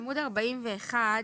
בעמוד 41,